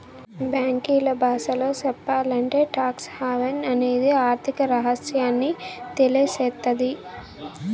బ్యాంకీల బాసలో సెప్పాలంటే టాక్స్ హావెన్ అనేది ఆర్థిక రహస్యాన్ని తెలియసేత్తది